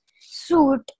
suit